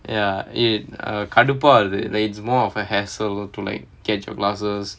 ya it uh கடுப்பா வருது:kadupaa varuthu like it's more of a hassle to like get your glasses